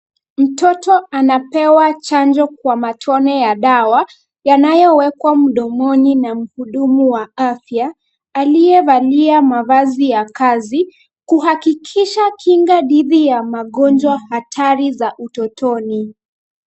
Mtoto anapewa chanjo kwa matone ya dawa yanayowekwa mdomoni na mhudumu wa afya aliyevalia mavazi ya kazi kuhakikisha kinga dhidi ya magonjwa hatari za utotoni.